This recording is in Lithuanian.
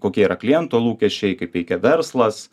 kokie yra kliento lūkesčiai kaip veikia verslas